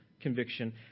conviction